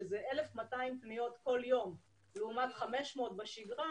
שזה 1,200 פניות כל יום לעומת 500 בשנה,